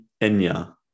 Enya